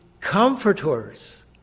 comforters